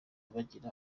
bagira